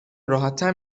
راحتتر